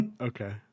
Okay